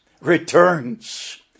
returns